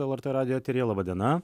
lrt radijo eteryje laba diena